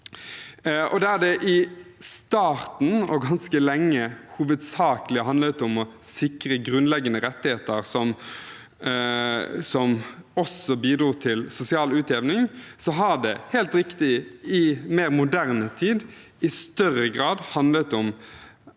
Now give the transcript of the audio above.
Der det i starten og ganske lenge hovedsakelig handlet om å sikre grunnleggende rettigheter som også bidro til sosial utjevning, har det, helt rik tig, i mer moderne tid i større grad handlet om